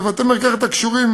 לבתי-מרקחת הקשורים